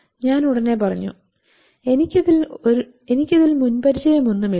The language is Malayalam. ഞാൻ ഉടനെ പറഞ്ഞു എനിക്ക് ഇതിൽ മുൻ പരിചയമൊന്നുമില്ല